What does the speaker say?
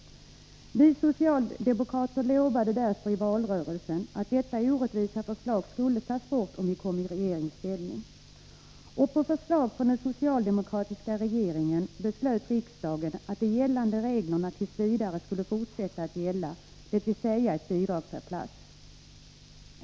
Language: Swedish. Vi socialdemokrater lovade därför i valrörelsen att detta orättvisa beslut skulle tas bort om vi kom i regeringsställning. Och på förslag från den socialdemokratiska regeringen beslöt riksdagen att de gällande reglerna t. v. skulle fortsätta att gälla, dvs. att det skulle utgå ett bidrag per plats.